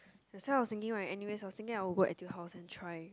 that why I was thinking right anyway of thinking like go Etude House and try